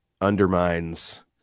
undermines